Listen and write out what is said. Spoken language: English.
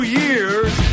years